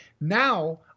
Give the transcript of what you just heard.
Now